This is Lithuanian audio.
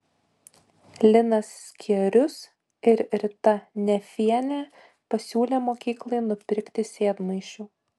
linas skierius ir rita nefienė pasiūlė mokyklai nupirkti sėdmaišių